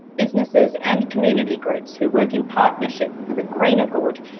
businesses and community groups who work in partnership for the greener good.